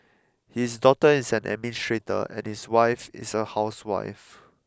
his daughter is an administrator and his wife is a housewife